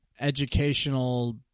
educational